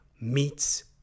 meets